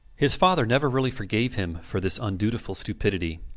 his father never really forgave him for this undutiful stupidity.